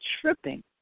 tripping